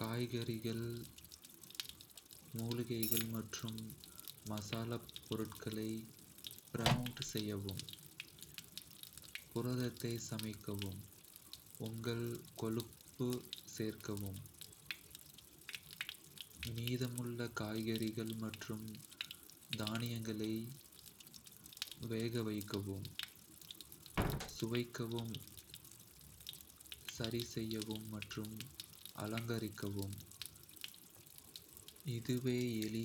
காய்கறிகள், மூலிகைகள் மற்றும் மசாலாப் பொருட்களை பிரவுன் செய்யவும்.... படி புரதத்தை சமைக்கவும்.... படி உங்கள் குழம்பு சேர்க்கவும்.... படி மீதமுள்ள காய்கறிகள் மற்றும் தானியங்களை வேகவைக்கவும்.... படி சுவைக்கவும், சரிசெய்யவும் மற்றும் அலங்கரிக்கவும்... நன்றி காய்கறி